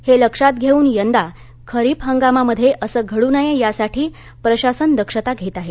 हे लक्षात घेऊन यंदा खरीप हंगामामध्ये असं घडू नये यासाठी प्रशासन दक्षता घेत आहे